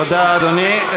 תודה, אדוני.